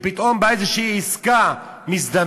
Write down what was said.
שפתאום באה איזו עסקה מזדמנת,